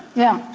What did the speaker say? yeah,